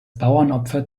bauernopfer